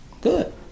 good